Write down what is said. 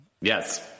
Yes